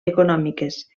econòmiques